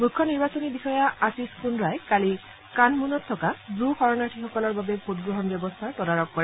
মুখ্য নিৰ্বাচনী বিষয়া আশীষ কুদ্ৰাই কালি কান্হমুনত থকা ব্ৰু শৰমাৰ্থীসকলৰ বাবে ভোটগ্ৰহণ ব্যৱস্থাৰ তদাৰক কৰে